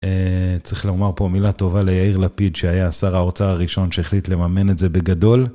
צריך לומר פה מילה טובה ליעיר לפיד שהיה שר ההורצה הראשון שהחליט לממן את זה בגדול.